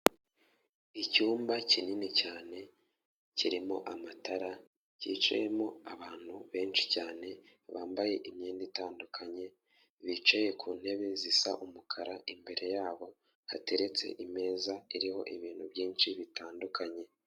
Icyumba kinini cyane, kirimo amatara, cyicayemo abantu benshi cyane, bambaye imyenda itandukanye, bicaye ku ntebe zisa umukara, imbere yabo hateretse ameza iriho ibintu byinshi bitandukanye.